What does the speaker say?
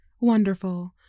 wonderful